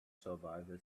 survival